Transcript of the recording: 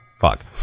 fuck